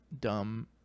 dumb